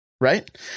right